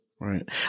Right